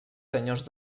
senyors